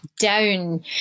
down